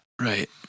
Right